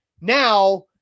now